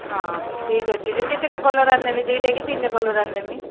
ହଁ ଠିକ୍ ଅଛି ଯେ କେତେଟା କଲର୍ ଆର୍ ନେବି ଦୁଇଟା କି ତିନ୍ଟା କଲର୍ ଆର୍ ନେମି